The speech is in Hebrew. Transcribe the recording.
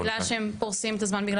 בגלל שהם פורסים את הזמן?